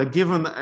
given